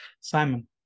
Simon